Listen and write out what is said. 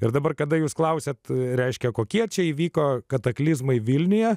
ir dabar kada jūs klausiate reiškia kokie čia įvyko kataklizmai vilniuje